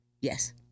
Yes